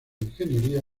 ingeniería